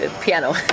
piano